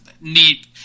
neat